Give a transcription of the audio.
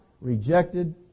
rejected